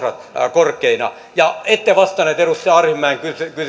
korkeina ja ette vastannut edustaja arhinmäen